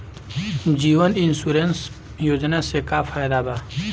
जीवन insurance योजना से का फायदा बा?